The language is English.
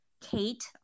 Kate